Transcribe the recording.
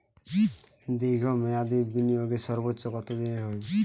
দীর্ঘ মেয়াদি বিনিয়োগের সর্বোচ্চ কত দিনের হয়?